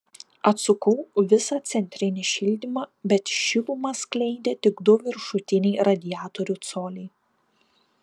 atsukau visą centrinį šildymą bet šilumą skleidė tik du viršutiniai radiatorių coliai